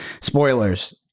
spoilers